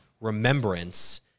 remembrance